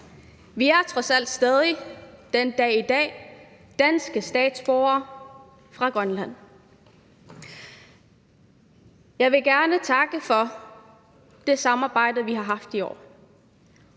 Vi er trods alt stadig den dag i dag danske statsborgere fra Grønland. Jeg vil gerne takke for det samarbejde, vi har haft i år,